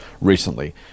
recently